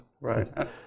Right